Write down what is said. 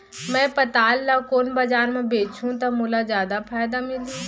मैं पताल ल कोन बजार म बेचहुँ त मोला जादा फायदा मिलही?